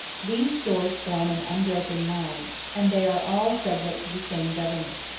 these shores form an unbroken line, and they are all subject to the same government.